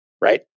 right